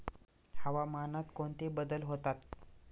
हवामानात कोणते बदल होतात?